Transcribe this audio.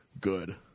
good